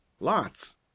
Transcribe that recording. Lots